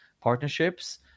partnerships